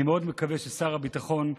אני מאוד מקווה ששר הביטחון,